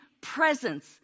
presence